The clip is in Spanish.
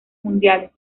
mundiales